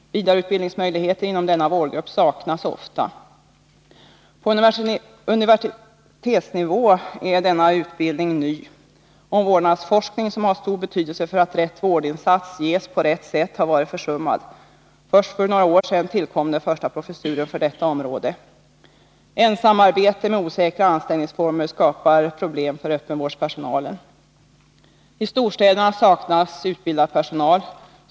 Vidareutbildningsmöjligheter inom denna vårdgren saknas ofta. På universitetsnivå är utbildningen ny. Omvårdnadsforskning som har stor betydelse för att rätt vårdinsats ges på rätt sätt har varit försummad. Först för några år sedan tillkom den första professuren för detta område. Ensamarbete med osäkra anställningsformer skapar problem för öppenvårdspersonalen. I storstäderna saknas utbildad personal.